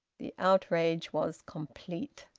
the outrage was complete.